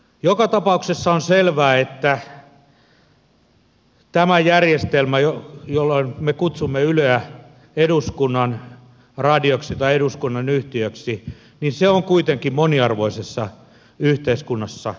joka tapauksessa on selvää että tämä järjestelmä jossa me kutsumme yleä eduskunnan radioksi tai eduskunnan yhtiöksi on kuitenkin moniarvoisessa yhteiskunnassa paras järjestelmä